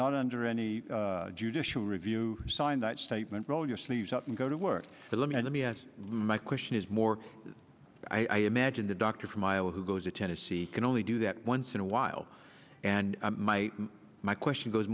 not under any judicial review signed that statement roll your sleeves up and go to work let me let me ask my question is more i imagine the doctor from iowa who goes to tennessee can only do that once in a while and my question goes